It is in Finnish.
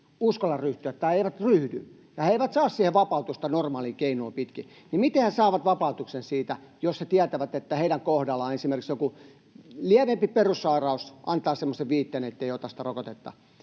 uskalla ryhtyä tai eivät ryhdy, ja he eivät saa siitä vapautusta normaalilla keinolla. Miten he saavat vapautuksen siitä, jos he tietävät, että heidän kohdallaan esimerkiksi joku lievempi perussairaus antaa semmoisen viitteen, ettei ota sitä rokotetta?